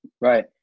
Right